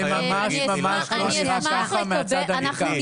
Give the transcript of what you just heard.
זה ממש ממש לא נראה ככה מהצד הנתקף,